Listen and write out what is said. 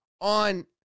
on